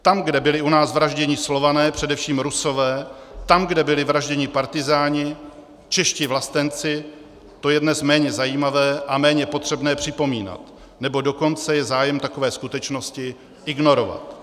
Tam, kde byli u nás vražděni Slované, především Rusové, tam, kde byli vražděni partyzáni, čeští vlastenci, to je dnes méně zajímavé a méně potřebné připomínat, nebo dokonce je zájem takové skutečnosti ignorovat.